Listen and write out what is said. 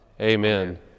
Amen